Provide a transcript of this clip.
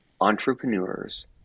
entrepreneurs